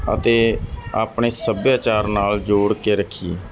ਅਤੇ ਆਪਣੇ ਸੱਭਿਆਚਾਰ ਨਾਲ ਜੋੜ ਕੇ ਰੱਖੀਏ